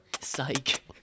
Psych